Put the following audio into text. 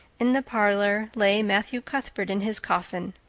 in the parlor lay matthew cuthbert in his coffin,